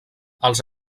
els